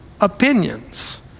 opinions